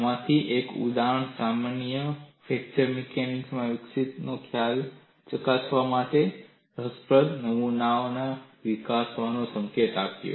આમાંથી એક ઉદાહરણ સમસ્યાએ ફ્રેક્ચર મિકેનિક્સ માં વિકસિત ખ્યાલોને ચકાસવા માટે રસપ્રદ નમૂનાઓ વિકસાવવાનો સંકેત આપ્યો